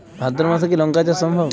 ভাদ্র মাসে কি লঙ্কা চাষ সম্ভব?